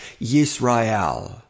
Yisrael